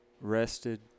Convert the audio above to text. rested